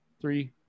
three